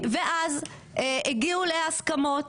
אז הגיעו להסכמות,